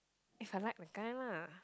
if I like the guy lah